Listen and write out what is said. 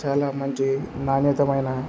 చాలా మంచి నాణ్యతమైన